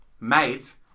mate